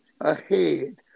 Ahead